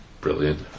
Brilliant